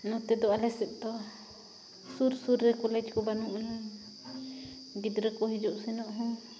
ᱱᱚᱛᱮ ᱫᱚ ᱟᱞᱮᱥᱮᱫ ᱫᱚ ᱥᱩᱨ ᱥᱩᱨᱨᱮ ᱠᱚᱞᱮᱡᱽ ᱠᱚ ᱵᱟᱱᱩᱜᱼᱟ ᱜᱤᱫᱽᱨᱟᱹ ᱠᱚ ᱦᱤᱡᱩᱜ ᱥᱮᱱᱚᱜ ᱦᱚᱸ